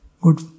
good